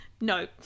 no